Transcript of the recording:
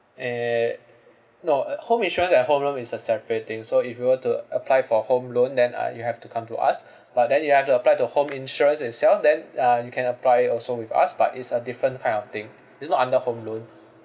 eh no uh home insurance and home loan is a separate thing so if you were to apply for a home loan then uh you have to come to us but then you have to apply to home insurance itself then uh you can apply it also with us but it's a different kind of thing it's not under home loan